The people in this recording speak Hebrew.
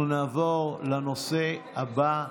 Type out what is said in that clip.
אנחנו נעבור לנושא הבא.